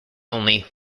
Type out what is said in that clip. only